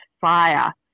Fire